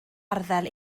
arddel